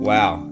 Wow